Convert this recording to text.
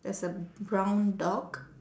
there's a brown dog